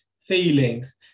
feelings